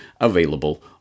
available